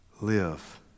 Live